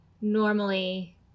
normally